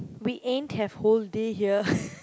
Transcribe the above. we ain't have whole day here